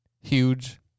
huge